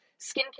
skincare